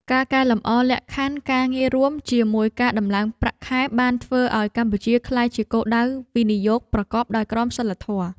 ការកែលម្អលក្ខខណ្ឌការងាររួមជាមួយការដំឡើងប្រាក់ខែបានធ្វើឱ្យកម្ពុជាក្លាយជាគោលដៅវិនិយោគប្រកបដោយក្រមសីលធម៌។